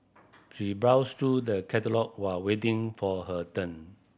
she browsed through the catalogue while waiting for her turn